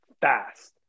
fast